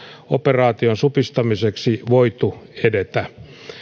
operaation supistamiseksi voitu edetä